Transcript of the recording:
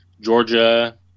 Georgia